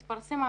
התפרסם המכרז,